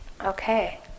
Okay